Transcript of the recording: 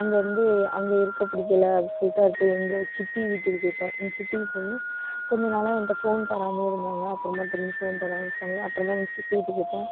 அங்கேயிருந்து அங்கே இருக்க பிடிக்கல அப்டின்னு சொல்லிட்டு அடுத்தது எங்கள் சித்தி வீட்டுக்கு போய்ட்டேன் எங்கள் சித்தி பொண்ணு கொஞ்சம் நாளாக என்கிட்ட ஃபோன் தராமலேயே இருந்தாங்க அப்புறமா திரும்பி ஃபோன் தர ஆரம்பிச்சுட்டாங்க அப்புறந்தான் எங்கள் சித்தி வீட்டுக்கு போய்ட்டேன்